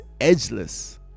edgeless